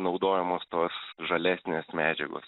naudojamos tos žalesnės medžiagos